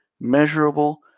measurable